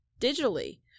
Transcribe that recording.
digitally